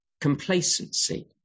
complacency